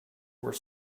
were